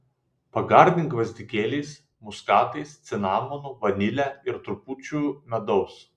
pagardink gvazdikėliais muskatais cinamonu vanile ir trupučiu medaus